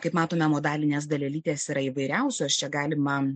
kaip matome modalinės dalelytės yra įvairiausios čia galima